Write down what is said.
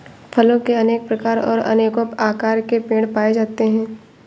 फलों के अनेक प्रकार और अनेको आकार के पेड़ पाए जाते है